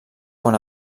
quan